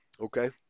okay